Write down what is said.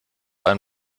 ein